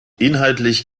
inhaltlich